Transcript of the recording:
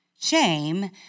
shame